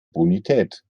bonität